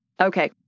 Okay